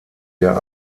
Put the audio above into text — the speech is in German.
der